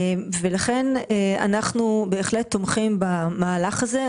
לכן אנחנו בהחלט תומכים במהלך הזה.